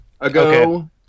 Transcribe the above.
ago